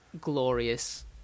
glorious